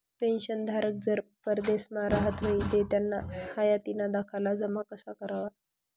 पेंशनधारक जर परदेसमा राहत व्हयी ते त्याना हायातीना दाखला जमा कशा करवा?